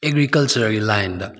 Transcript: ꯑꯦꯒ꯭ꯔꯤꯀꯜꯆꯔꯒꯤ ꯂꯥꯏꯟꯗ